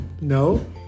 No